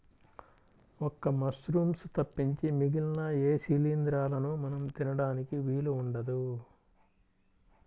ఒక్క మశ్రూమ్స్ తప్పించి మిగిలిన ఏ శిలీంద్రాలనూ మనం తినడానికి వీలు ఉండదు